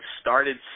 started